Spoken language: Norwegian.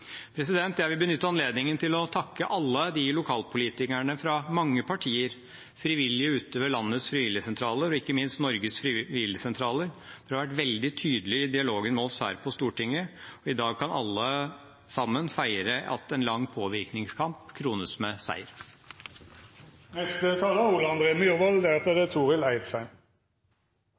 Jeg vil benytte anledningen til å takke alle lokalpolitikerne fra mange partier, frivillige ute i landets frivilligsentraler og ikke minst Norges Frivilligsentraler, for de har vært veldig tydelige i dialogen med oss her på Stortinget. I dag kan alle sammen feire at en lang påvirkningskamp krones med